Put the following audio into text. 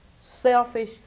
selfish